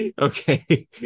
Okay